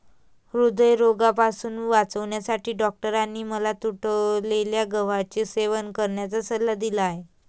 हृदयरोगापासून वाचण्यासाठी डॉक्टरांनी मला तुटलेल्या गव्हाचे सेवन करण्याचा सल्ला दिला आहे